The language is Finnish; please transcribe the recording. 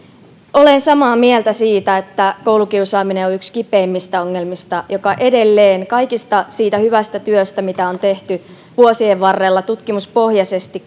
olen samaa mieltä siitä että koulukiusaaminen on yksi kipeimmistä ongelmista edelleen huolimatta kaikesta siitä hyvästä työstä mitä on tehty vuosien varrella tutkimuspohjaisesti